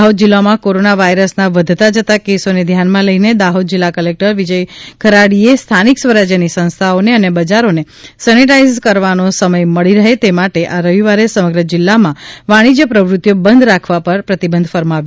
દાહોદ જિલ્લામાં કોરોના વાયરસના વધતા જતા કેસોને ધ્યાનમાં લઇને દાહોદ જિલ્લા કલેકટર વિજય ખાડીએ સ્થાનિક સ્વરાજ્યની સંસ્થાઓને અને બજારોને સેનેટાઇઝ કરવાનો સમય મળી રહે તે માટે આ રવિવારે સમગ્ર જિલ્લામાં વાણિજ્ય પ્રવૃત્તિઓ બંધ રાખવા પ્રતિબંધ ફરમાવ્યો છે